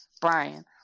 Brian